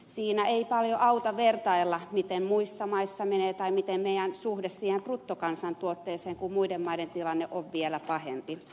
siinä ei paljon auta vertailla miten muissa maissa menee tai meidän suhdettamme bruttokansantuotteeseen kun muiden maiden tilanne on vielä pahempi